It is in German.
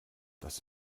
das